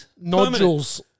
nodules